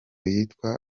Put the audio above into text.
yitwa